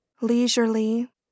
Leisurely